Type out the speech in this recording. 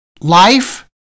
life